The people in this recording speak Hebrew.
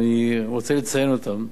ואני רוצה לציין אותם.